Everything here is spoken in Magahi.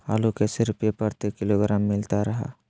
आलू कैसे रुपए प्रति किलोग्राम मिलता रहा है?